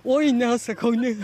oi ne sakau ne